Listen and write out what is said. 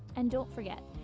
and don't forget,